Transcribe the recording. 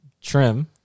Trim